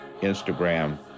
Instagram